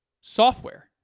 software